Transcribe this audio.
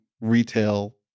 retail